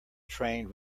trained